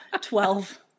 Twelve